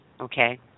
Okay